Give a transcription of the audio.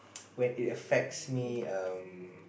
well it affects me um